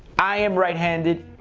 i am right-handed.